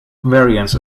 variance